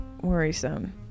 worrisome